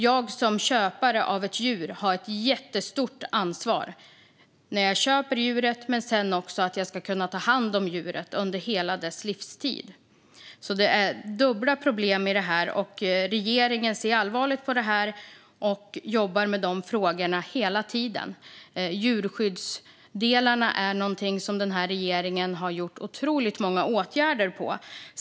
Jag som köpare av ett djur har ett jättestort ansvar när jag köper djuret men också sedan, för jag ska kunna ta hand om djuret under hela dess livstid. Det är alltså dubbla problem i det här. Regeringen ser allvarligt på det och jobbar med de här frågorna hela tiden. När det gäller djurskyddsdelarna har den här regeringen gjort otroligt många åtgärder.